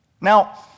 Now